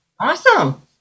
Awesome